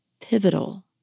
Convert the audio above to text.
pivotal